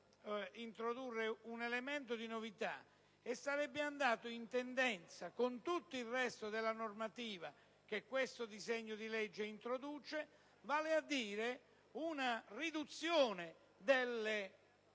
introdurre un elemento di novità assolutamente in tendenza con il resto della normativa che questo disegno di legge introduce, vale a dire la riduzione delle